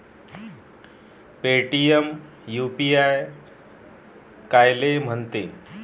Paytm UPI कायले म्हनते?